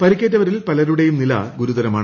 പരിക്കേറ്റവരിൽ പലരുടെയും നില ഗുരുതരമാണ്